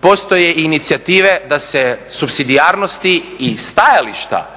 postoje inicijative da se supsidijarnosti i stajališta